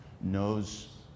knows